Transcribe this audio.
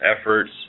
efforts